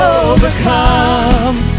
overcome